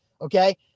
okay